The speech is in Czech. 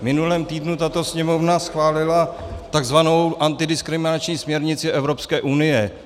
V minulém týdnu tato Sněmovna schválila tzv. antidiskriminační směrnici Evropské unie.